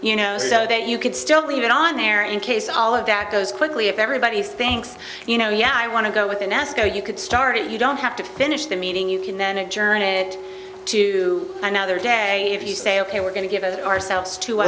you know so that you could still leave it on there in case all of that goes quickly if everybody thinks you know yeah i want to go with the nasco you could start it you don't have to finish the meeting you can then adjourn it to another day if you say ok we're going to give ourselves t